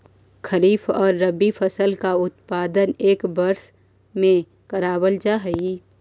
खरीफ और रबी फसल का उत्पादन एक वर्ष में करावाल जा हई